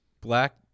black